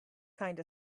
kind